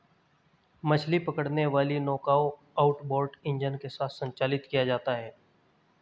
मछली पकड़ने वाली नौकाओं आउटबोर्ड इंजन के साथ संचालित किया जाता है